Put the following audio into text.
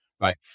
right